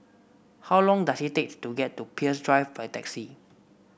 how long does it take to get to Peirce Drive by taxi